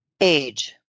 Age